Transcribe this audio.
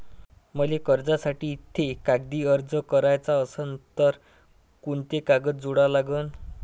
मले कर्जासाठी थे कागदी अर्ज कराचा असन तर कुंते कागद जोडा लागन?